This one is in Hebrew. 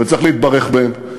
וצריך להתברך בהם.